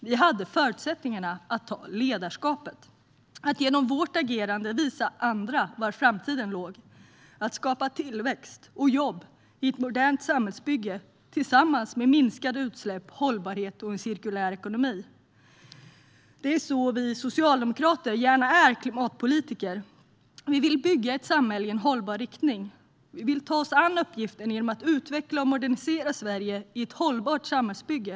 Vi hade förutsättningarna att ta ledarskapet och genom vårt agerande visa andra var framtiden låg: att skapa tillväxt och jobb i ett modernt samhällsbygge tillsammans med minskade utsläpp, hållbarhet och en cirkulär ekonomi. Det är så vi socialdemokrater gärna är klimatpolitiker. Vi vill bygga ett samhälle i hållbar riktning. Vi vill ta oss an uppgiften genom att utveckla och modernisera Sverige i ett hållbart samhällsbygge.